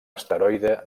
asteroide